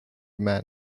man